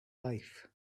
life